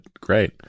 great